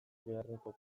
beharreko